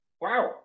wow